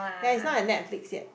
yea is not at Netflix yet